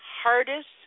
hardest